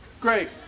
great